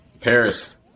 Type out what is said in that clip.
Paris